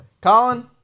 Colin